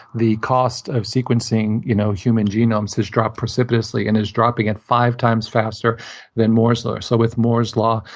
the cost of sequencing you know human genomes has dropped precipitously and is dropping and five times faster than moore's law. so with moore's law,